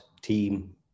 team